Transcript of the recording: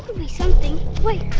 be something. wait,